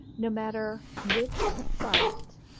no matter which site,